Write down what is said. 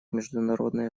международное